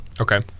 Okay